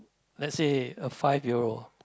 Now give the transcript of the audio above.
let's say a five year old